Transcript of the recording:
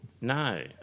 No